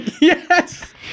Yes